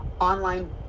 online